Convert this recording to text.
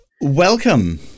Welcome